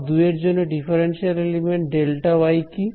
পথ 2 এর জন্য ডিফারেনশিয়াল এলিমেন্ট Δy কি